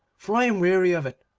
for i am weary of it.